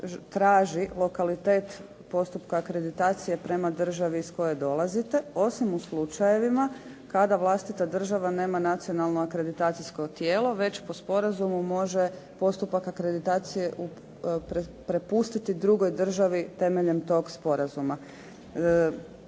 traži lokalitet postupka akreditacije prema državi iz koje dolazite osim u slučajevima kada vlastita država nema nacionalno akreditacijsko tijelo već po sporazumu može postupak akreditacije prepustiti drugoj državi temeljem tog sporazuma.